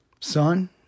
Son